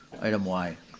item y.